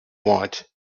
want